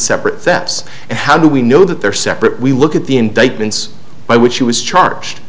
separate thefts and how do we know that they're separate we look at the indictments by which he was charged